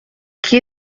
qui